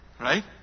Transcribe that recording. Right